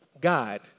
God